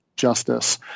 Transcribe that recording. Justice